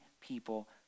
people